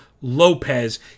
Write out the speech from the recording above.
Lopez